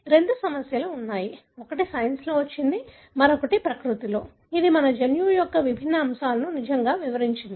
రెండు సమస్యలు ఉన్నాయి ఒకటి సైన్స్లో వచ్చింది మరొకటి ప్రకృతిలో ఇది మన జన్యువు యొక్క విభిన్న అంశాలను నిజంగా వివరించింది